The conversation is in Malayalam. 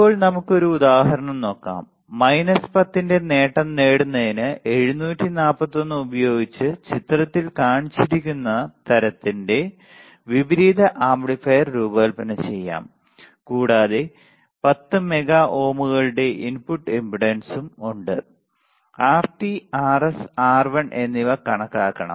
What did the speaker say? ഇപ്പോൾ നമുക്ക് ഒരു ഉദാഹരണം നോക്കാം മൈനസ് 10 ന്റെ നേട്ടം നേടുന്നതിന് 741 ഉപയോഗിച്ച് ചിത്രത്തിൽ കാണിച്ചിരിക്കുന്ന തരത്തിന്റെ വിപരീത ആംപ്ലിഫയർ രൂപകൽപ്പന ചെയ്യാം കൂടാതെ 10 മെഗാ ഓമുകളുടെ ഇൻപുട്ട് ഇംപെഡൻസും ഉണ്ട് Rt Rs R1 എന്നിവ കണക്കാക്കണം